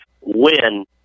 win